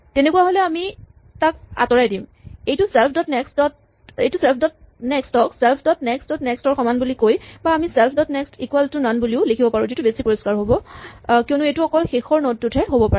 তেনেকুৱা হলে আমি তাক আঁতৰাই দিম এইটো চেল্ফ ডট নেক্স্ট ক self dot next dot next ৰ সমান বুলি কৈ বা আমি self dot next equal to none বুলিও লিখিব পাৰোঁ যিটো বেছি পৰিস্কাৰ হ'ব কিয়নো এইটো অকল শেষৰ নড তহে হ'ব পাৰে